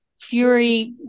Fury